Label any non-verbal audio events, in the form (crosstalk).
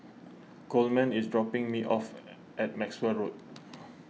Coleman is dropping me off (hesitation) at Maxwell Road